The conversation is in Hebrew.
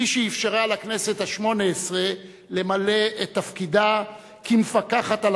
היא שאפשרה לכנסת השמונה-עשרה למלא את תפקידה כמפקחת על